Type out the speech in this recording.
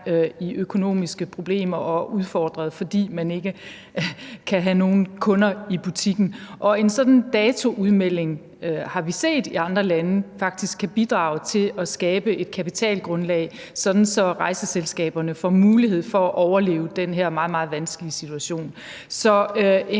i økonomiske problemer og udfordret, altså fordi man ikke kan have nogen kunder i butikken. Og vi har set i andre lande, at en sådan datoudmelding faktisk kan bidrage til at skabe et kapitalgrundlag, sådan at rejseselskaberne får mulighed for at overleve den her meget, meget vanskelige situation. Så der